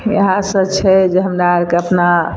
इएह सब छै जे हमरा अरके अपना